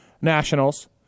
nationals